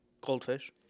Goldfish